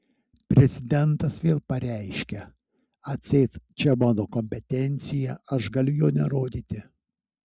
prezidentas vėl pareiškia atseit čia mano kompetencija aš galiu jo nerodyti